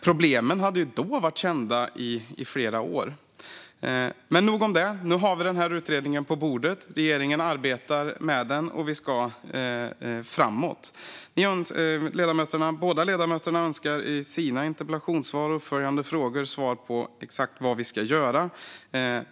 Problemen hade då varit kända i flera år. Men nog om detta. Nu har vi den här utredningen på bordet. Regeringen arbetar med den, och vi ska framåt. Båda ledamöterna önskar i sina interpellationer och uppföljande frågor svar på exakt vad vi ska göra.